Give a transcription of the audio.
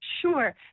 sure